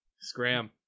scram